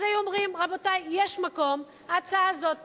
היו אומרים: יש מקום, ההצעה הזאת הגיונית,